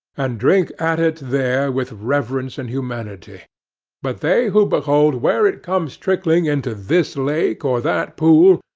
and drink at it there with reverence and humanity but they who behold where it comes trickling into this lake or that pool,